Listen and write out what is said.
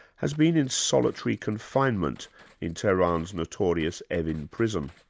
has been in solitary confinement in tehran's notorious evin prison.